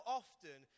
often